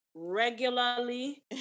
regularly